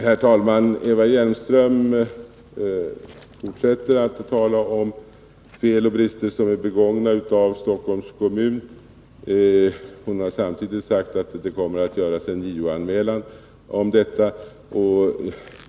Herr talman! Eva Hjelmström fortsätter att tala om fel som är begångna av Stockholms kommun. Hon har också sagt att det kommer att göras en JO-anmälan om detta.